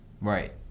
Right